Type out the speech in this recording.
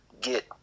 get